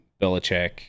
belichick